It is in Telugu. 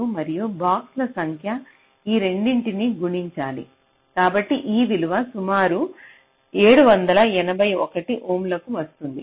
05 మరియు బాక్సుల సంఖ్య ఈ రెండింటిని గుణించాలి కాబట్టి ఈ విలువ సుమారు 781 ఓంలకు వస్తుంది